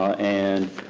and,